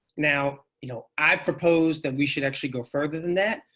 now, you know i propose that we should actually go further than that.